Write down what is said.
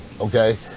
okay